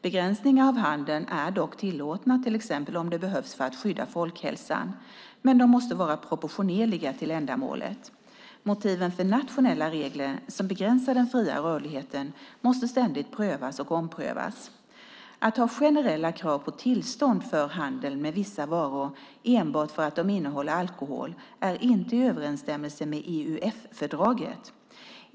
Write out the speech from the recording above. Begränsningar av handeln är dock tillåtna, till exempel om det behövs för att skydda folkhälsan. De måste dock vara proportionerliga till ändamålet. Motiven för nationella regler som begränsar den fria rörligheten måste ständigt prövas och omprövas. Att ha generella krav på tillstånd för handeln med vissa varor enbart för att de innehåller alkohol är inte i överensstämmelse med EUF-fördraget.